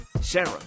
Sarah